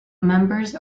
members